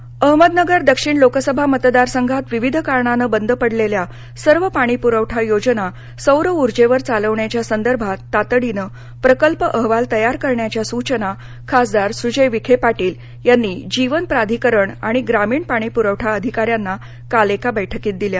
सुजय अहमदनगर दक्षिण लोकसभा मतदार संघात विविध कारणानं बंद पडलेल्या सर्व पाणी पुरवठा योजना सौर उर्जेवर चालवण्याच्या संदर्भात तातडीनं प्रकल्प अहवाल तयार करण्याच्या सूचना खासदार सुजय विखे पाटील यांनी जीवन प्राधिकरण आणि ग्रामीण पाणी पुरवठा अधिकाऱ्यांना काल एका बैठकीत दिल्या